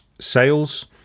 sales